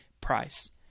price